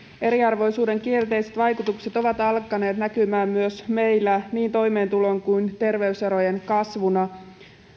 eriarvoisuuden kielteiset vaikutukset ovat alkaneet näkymään myös meillä niin toimeentulo kuin terveyserojen kasvuna